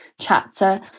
Chapter